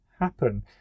happen